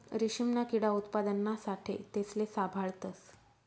रेशीमना किडा उत्पादना साठे तेसले साभाळतस